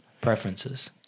preferences